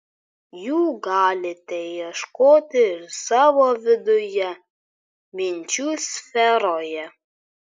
jų galite ieškoti ir savo viduje minčių sferoje